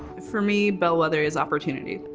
for me, bellwether is opportunity,